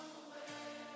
away